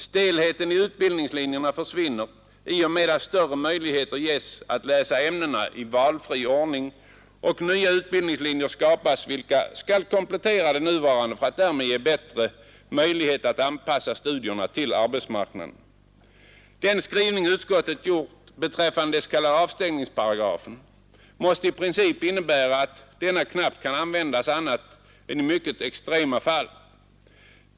Stelheten i utbildningslinjerna försvinner i och med att större möjlighet ges att läsa ämnena i valfri ordning, och nya utbildningslinjer skapas, vilka skall komplettera de nuvarande, för att därmed ge bättre möjlighet att anpassa studierna till arbetsmarknaden. Den skrivning utskottet gjort beträffande den s.k. avstängningsparagrafen måste i princip innebära att denna knappast kan användas annat än i mycket extrema undantagsfall.